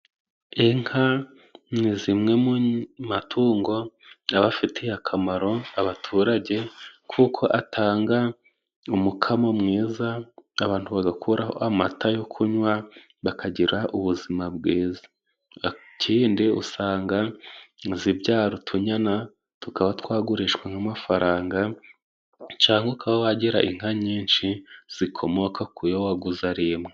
Inka ni zimwe mu matungo afitiye akamaro abaturage kuko atanga umukamo mwiza abantu bagakuraho amata yo kunywa bakagira ubuzima bwiza. Ikindi usanga zibyara inyana zikaba zagurishwa amafaranga cyangwa ukaba wagira inka nyinshi zikomoka ku yo waguze ari imwe.